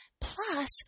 Plus